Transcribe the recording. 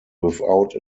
without